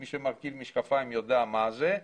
מי שמרכיב משקפיים יודע מה זה.